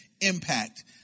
impact